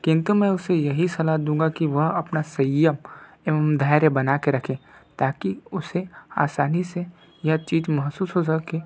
किंतु मैं उसे यही सलाह दूँगा कि वह अपना संयम एवं धैर्य बना के रखे ताकि उसे आसानी से यह चीज महसूस हो सके